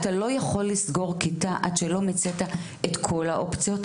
אתה לא יכול לסגור כיתה עד שלא מיצית את כל האופציות,